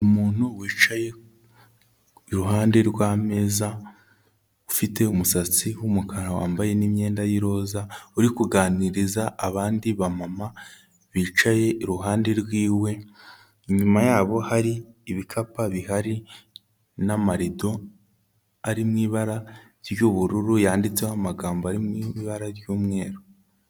Umuntu wicaye iruhande rw'ameza ufite umusatsi w'umukara wambaye n'imyenda y'iroza uri kuganiriza abandi bamama bicaye iruhande rwiwe, inyuma yabo hari ibikapu bihari n'amarido arimo ibara ry'ubururu yanditseho amagambo ari mu ibara ry'umweru.